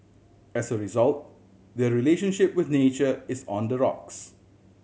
as a result their relationship with nature is on the rocks